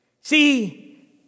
See